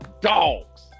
dogs